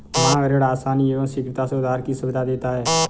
मांग ऋण आसानी एवं शीघ्रता से उधार की सुविधा देता है